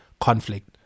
conflict